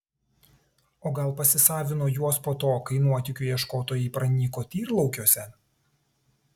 o gal pasisavino juos po to kai nuotykių ieškotojai pranyko tyrlaukiuose